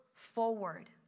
forward